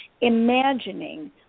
imagining